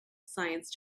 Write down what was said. science